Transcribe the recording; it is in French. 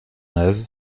neuve